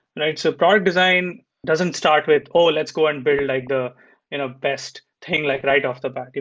right? so product design doesn't start with, oh, let's go and build like the and best thing like right off the bat.